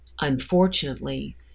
Unfortunately